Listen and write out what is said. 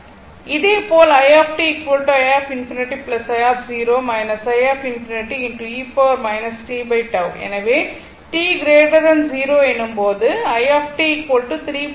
இதே போல் i i ∞ i i∞ எனவே t 0 எனும் போது i3 2